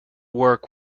work